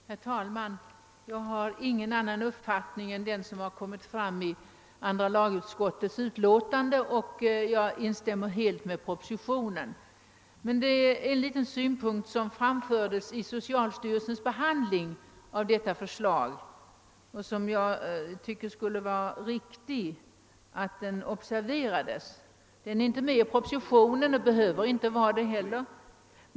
Herr talman! Jag har ingen annan uppfattning än den som kommit fram i andra lagutskottets utlåtande och jag instämmer helt med propositionen. Det är dock en liten synpunkt som framfördes vid socialstyrelsens behandling av detta förslag som jag tycker borde observeras. Denna synpunkt är inte medtagen i propositionen och be höver heller inte vara det.